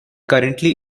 currently